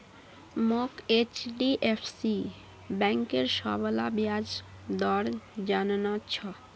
मोक एचडीएफसी बैंकेर सबला ब्याज दर जानना छ